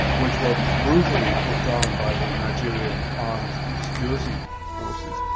which were brutally put down by the nigerian armed security forces,